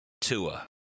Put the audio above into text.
Tua